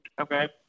okay